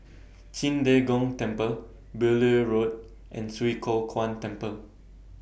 Qing De Gong Temple Beaulieu Road and Swee Kow Kuan Temple